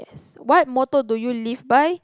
what motto do you live by